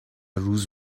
روز